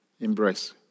embrace